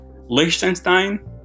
Liechtenstein